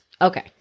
Okay